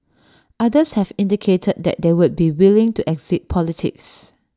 others have indicated that they would be willing to exit politics